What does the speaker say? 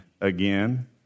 again